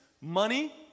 money